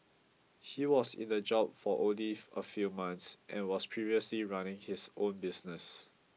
he was in the job for only a few months and was previously running his own business